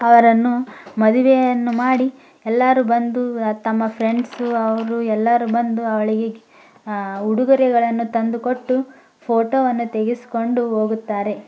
ಅವರನ್ನು ಮದುವೆಯನ್ನು ಮಾಡಿ ಎಲ್ಲರೂ ಬಂದು ತಮ್ಮ ಫ್ರೆಂಡ್ಸು ಅವರು ಎಲ್ಲರೂ ಬಂದು ಅವಳಿಗೆ ಉಡುಗೊರೆಗಳನ್ನು ತಂದು ಕೊಟ್ಟು ಫೋಟೋವನ್ನು ತೆಗೆಸಿಕೊಂಡು ಹೋಗುತ್ತಾರೆ